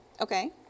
Okay